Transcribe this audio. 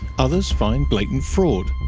others find blatant fraud.